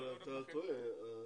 אבל אתה טועה.